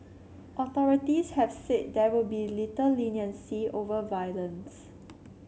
authorities have said there will be little leniency over violence